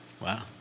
Wow